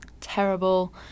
terrible